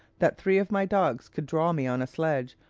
that three of my dogs could draw me on a sledge,